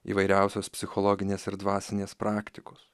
įvairiausios psichologinės ir dvasinės praktikos